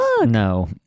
no